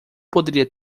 poderia